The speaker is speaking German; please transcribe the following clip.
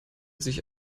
sich